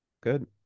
Good